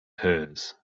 hers